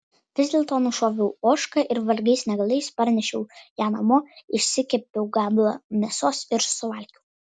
vis dėlto nušoviau ožką ir vargais negalais parnešiau ją namo išsikepiau gabalą mėsos ir suvalgiau